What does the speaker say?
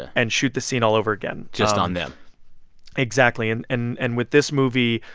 and shoot the scene all over again just on them exactly. and and and with this movie,